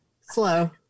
Slow